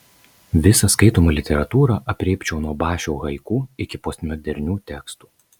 visą skaitomą literatūrą aprėpčiau nuo bašio haiku iki postmodernių tekstų